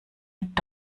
mit